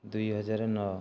ଦୁଇ ହଜାର ନଅ